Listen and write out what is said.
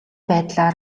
байдлаар